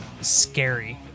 scary